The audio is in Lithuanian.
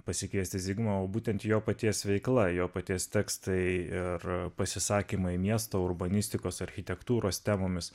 pasikeisti zigmo o būtent jo paties veikla jo paties tekstai ir pasisakymai miesto urbanistikos architektūros temomis